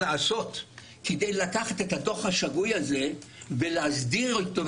כדי לקחת את הדוח השגוי הזה ולהסדיר אותו,